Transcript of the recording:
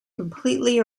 completely